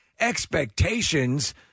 expectations